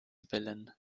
willen